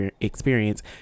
experience